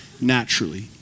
naturally